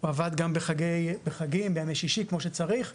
הוא עבד גם בחגים, בימי שישי כמו שצריך במשמרות.